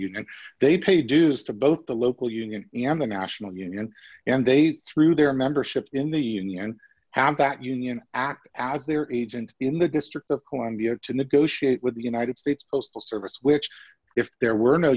union they pay dues to both the local union and the national union and they through their membership in the union have that union act as their agent in the district of columbia to negotiate with the united states postal service which if there were no